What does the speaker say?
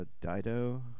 Dido